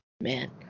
Man